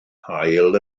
haul